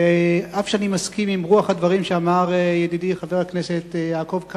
אף שאני מסכים עם רוח הדברים שאמר ידידי חבר הכנסת יעקב כץ,